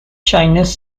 chinese